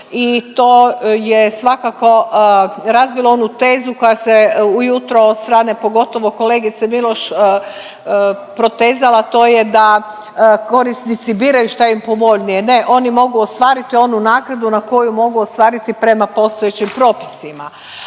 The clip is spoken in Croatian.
i to je svakako razbilo onu tezu koja se ujutro od strane, pogotovo kolegice Miloš protezala, a to je da korisnici biraju šta im povoljnije. Ne, oni mogu ostvariti onu naknadu na koju mogu ostvariti prema postojećim propisima.